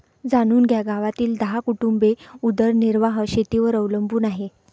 जाणून घ्या गावातील दहा कुटुंबे उदरनिर्वाह शेतीवर अवलंबून आहे